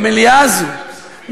במליאה הזאת,